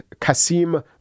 Kasim